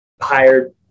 hired